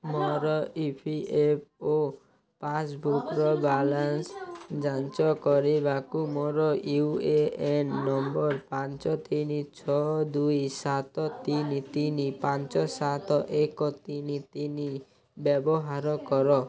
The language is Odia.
ମୋର ଇ ପି ଏଫ୍ ଓ ପାସ୍ବୁକ୍ର ବାଲାନ୍ସ ଯାଞ୍ଚ କରିବାକୁ ମୋର ୟୁ ଏ ଏନ୍ ନମ୍ବର୍ ପାଞ୍ଚ ତିନି ଛଅ ଦୁଇ ସାତ ତିନି ତିନି ପାଞ୍ଚ ସାତ ଏକ ତିନି ତିନି ବ୍ୟବହାର କର